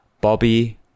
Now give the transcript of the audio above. Bobby